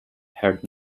heard